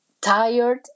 tired